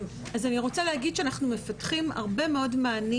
אני רוצה להגיד שאנחנו מפתחים הרבה מאוד מענים